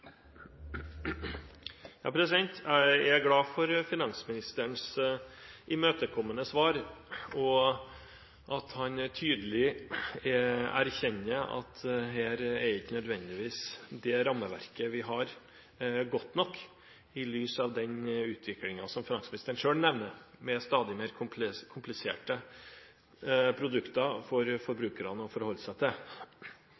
glad for finansministerens imøtekommende svar og at han tydelig erkjenner at det rammeverket vi har, ikke nødvendigvis er godt nok, i lys av den utviklingen finansministeren selv nevner, med stadig mer kompliserte produkter for